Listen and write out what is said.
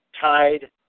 tied